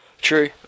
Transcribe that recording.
True